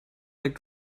like